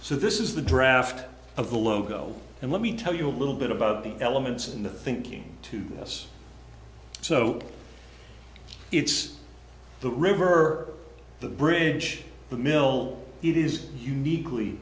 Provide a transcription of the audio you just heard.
so this is the draft of the logo and let me tell you a little bit about the elements and the thinking to us so it's the river the bridge the mill it is uniquely